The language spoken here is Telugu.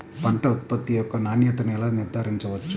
పంట ఉత్పత్తి యొక్క నాణ్యతను ఎలా నిర్ధారించవచ్చు?